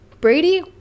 Brady